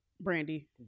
Brandy